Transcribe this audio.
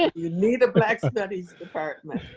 and you need a black studies department.